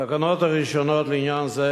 התקנות הראשונות לעניין זה,